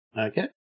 Okay